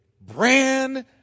brand